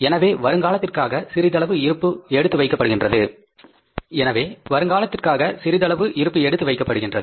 எனவே வருங்காலத்திற்காக சிறிதளவு இருப்பு எடுத்து வைக்கப்படுகின்றது